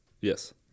Yes